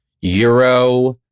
Euro